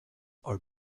are